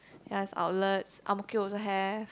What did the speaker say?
ya it has outlets ang-mo-kio also have